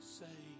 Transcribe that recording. say